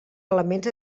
elements